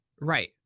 Right